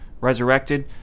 Resurrected